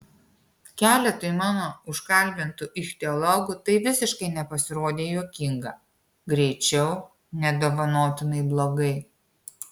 keletui mano užkalbintų ichtiologų tai visiškai nepasirodė juokinga greičiau nedovanotinai blogai